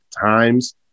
times